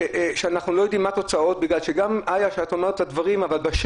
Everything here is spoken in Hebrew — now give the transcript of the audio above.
כשאנחנו לא יודעים מה התוצאות,